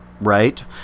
right